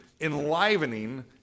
enlivening